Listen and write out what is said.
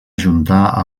ajuntar